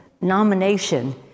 nomination